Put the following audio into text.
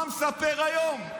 מה מספר היום?